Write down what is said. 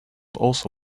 also